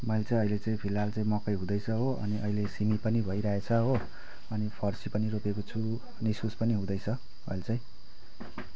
मैले चाहिँ अहिले चाहिँ फिलहाल चाहिँ मकै हुँदैछ हो अनि अहिले सिमी पनि भइरहेछ हो अनि फर्सी पनि रोपेको छु अनि इस्कुस पनि हुँदैछ अहिले चाहिँ